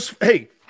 hey